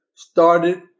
started